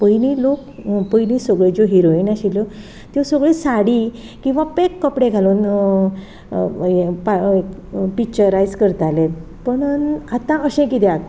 पयलीं लोक पयलीं सगळ्यो ज्यो हिरोइन आशिल्ल्यो त्यो सगळ्यो साडी किंवां पॅक कपडे घालून हें पिक्चरायज करताले पणून आतां अशें कित्याक